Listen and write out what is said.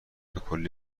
بکلی